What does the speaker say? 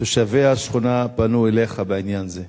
תושבי השכונה פנו אליך בעניין זה.